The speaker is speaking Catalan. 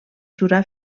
jurar